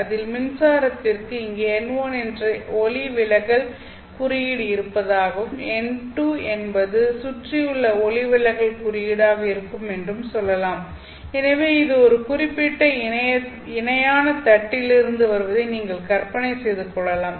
அதில் மின்சாரத்திற்கு இங்கே n1 என்ற ஒளிவிலகல் குறியீடு இருப்பதாகவும் n2 என்பது சுற்றியுள்ள ஒளிவிலகல் குறியீடாக இருக்கும் என்றும் சொல்லலாம் எனவே இது ஒரு குறிப்பிட்ட இணையான தட்டில் இருந்து வருவதை நீங்கள் கற்பனை செய்து கொள்ளலாம்